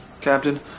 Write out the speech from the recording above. Captain